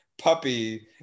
puppy